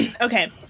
okay